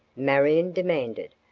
marion demanded,